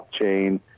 blockchain